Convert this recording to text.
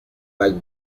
like